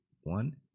one